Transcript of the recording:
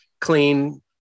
clean